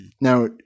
Now